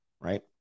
Right